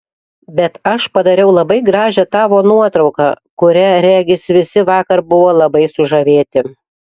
bet aš padariau labai gražią tavo nuotrauką kuria regis visi vakar buvo labai sužavėti